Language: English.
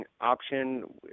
option